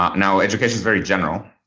um now education's very general,